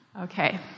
Okay